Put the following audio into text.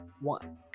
one